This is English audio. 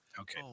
Okay